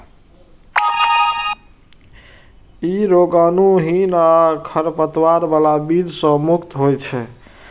ई रोगाणुहीन आ खरपतवार बला बीज सं मुक्त होइ छै